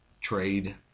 trade